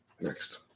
Next